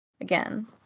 again